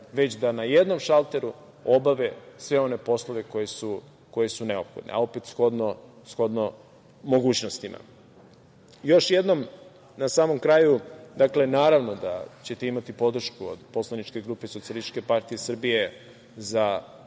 već da na jednom šalteru obave sve one poslove koji su neophodni, a opet shodno mogućnostima. Još jednom, na samom kraju, naravno da ćete imati podršku od poslaničke grupe SPS za ove